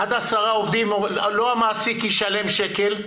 עד עשרה עובדים המעסיק לא ישלם שקל.